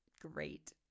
great